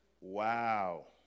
Wow